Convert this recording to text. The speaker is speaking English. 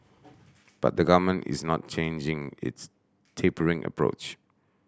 but the Government is not changing its tapering approach